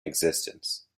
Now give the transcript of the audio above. existence